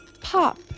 pop